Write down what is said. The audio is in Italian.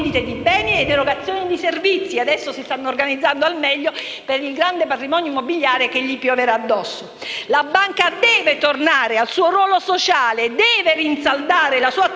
di beni ed erogazione di servizi (adesso si stanno organizzando al meglio per il grande patrimonio immobiliare che gli pioverà addosso). La banca deve tornare al suo ruolo sociale, deve rinsaldare la sua attività